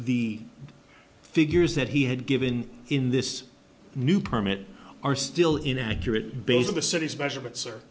the figures that he had given in this new permit are still inaccurate